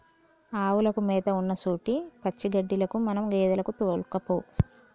ఆవులకు మేత ఉన్నసొంటి పచ్చిగడ్డిలకు మన గేదెలను తోల్కపో